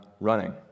running